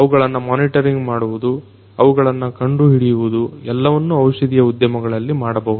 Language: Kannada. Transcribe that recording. ಅವುಗಳನ್ನ ಮೊನಿಟರಿಂಗ್ ಮಾಡುವುದು ಅವುಗಳನ್ನ ಕಂಡುಹಿಡಿಯುವುದು ಎಲ್ಲವನ್ನ ಔಷಧಿಯ ಉದ್ಯಮಗಳಲ್ಲಿ ಮಾಡಬಹುದು